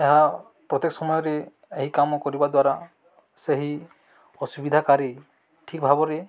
ଏହା ପ୍ରତ୍ୟେକ ସମୟରେ ଏହି କାମ କରିବା ଦ୍ୱାରା ସେହି ଅସୁବିଧା କି ଠିକ୍ ଭାବରେ